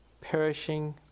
perishing